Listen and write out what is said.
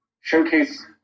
showcase